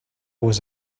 was